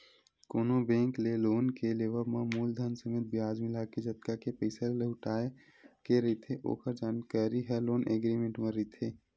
कोनो बेंक ले लोन के लेवब म मूलधन समेत बियाज मिलाके जतका के पइसा लहुटाय के रहिथे ओखर जानकारी ह लोन एग्रीमेंट म रहिथे